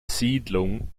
siedlung